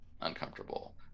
uncomfortable